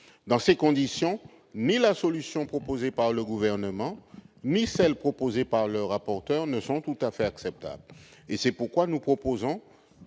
Dans ces conditions, ni la solution proposée par le Gouvernement ni celle proposée par le rapporteur ne sont tout à fait acceptables.